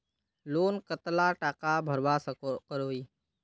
Loan कतला टाका भरवा करोही?